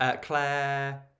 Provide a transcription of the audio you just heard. Claire